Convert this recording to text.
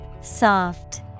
soft